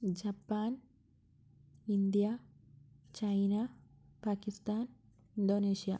Japan India China Pakistan Indonesia